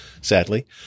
sadly